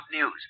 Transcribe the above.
news